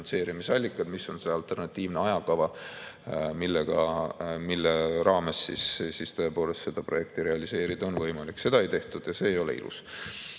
mis on alternatiivne ajakava, mille raames seda projekti realiseerida on võimalik. Seda ei tehtud ja see ei ole ilus.